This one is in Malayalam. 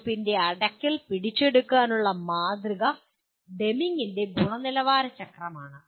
ലൂപ്പിന്റെ ഈ അടയ്ക്കൽ പിടിച്ചെടുക്കാനുള്ള മാതൃക ഡെമിംഗിന്റെ ഗുണനിലവാര ചക്രമാണ്